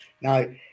now